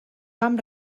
vam